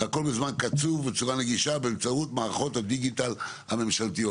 והכול בזמן קצוב ובצורה נגישה באמצעות מערכות הדיגיטל הממשלתיות.